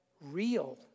real